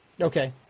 Okay